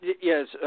Yes